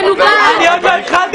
נא לצאת